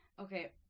Okay